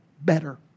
better